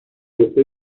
عهده